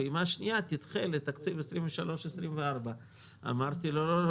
פעימה שנייה תדחה לתקציב 23-24. אמרתי: לא,